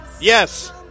Yes